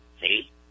see